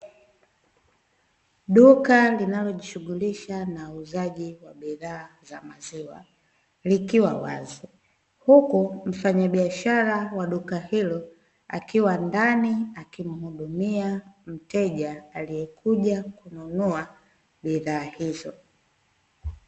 Duka linalojishughulisha na uuzaji wa bidhaa za maziwa, likiwa wazi huku mfanyabiashara wa duka hilo akiwa ndani akimhudumia mteja aliyekuja kununua bidhaa hizo.